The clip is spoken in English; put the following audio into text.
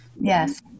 Yes